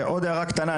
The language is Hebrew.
עוד הערה קטנה,